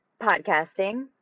podcasting